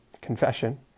confession